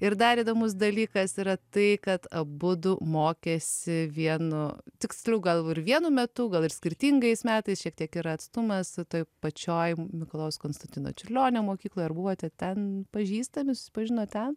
ir dar įdomus dalykas yra tai kad abudu mokėsi vienu tiksliau gal ir vienu metu gal ir skirtingais metais šiek tiek yra atstumas toj pačioj mikalojaus konstantino čiurlionio mokykloj ar buvote ten pažįstami susipažinot ten